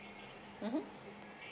mmhmm